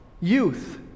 youth